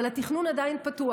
אבל התכנון עדיין פתוח,